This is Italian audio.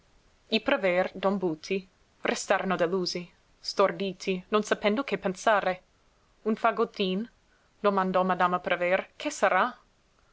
i prever don buti restarono delusi storditi non sapendo che pensare un fagottin domandò madama prever che sarà